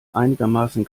einigermaßen